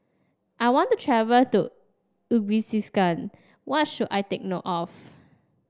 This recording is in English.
I want to travel to Uzbekistan what should I take note of